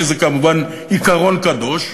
שזה כמובן עיקרון קדוש,